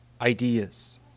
ideas